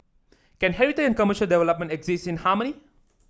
can heritage and commercial development exist in harmony